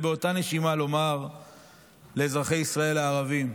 ובאותה נשימה לומר לאזרחי ישראל הערבים,